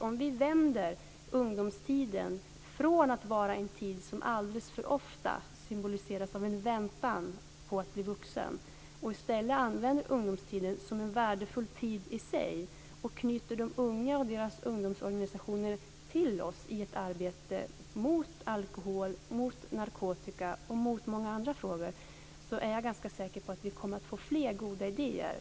Om vi vänder ungdomstiden från att vara en tid som alldeles för ofta symboliseras av en väntan på att bli vuxen och i stället använder ungdomstiden som en värdefull tid i sig och knyter de unga och ungdomsorganisationerna till oss i arbetet mot alkohol, mot narkotika och mot många andra saker, är jag säker på att vi kommer att få fler goda idéer.